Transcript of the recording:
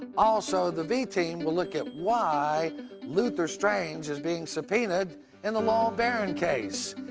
also, the v-team will look at why luther strange is being subpoenaed in the lowell barron case.